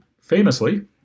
famously